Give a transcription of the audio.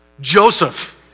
Joseph